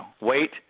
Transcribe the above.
Wait